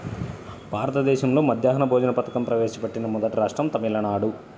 భారతదేశంలో మధ్యాహ్న భోజన పథకం ప్రవేశపెట్టిన మొదటి రాష్ట్రం తమిళనాడు